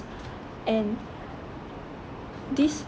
and this